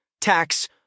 tax